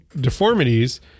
deformities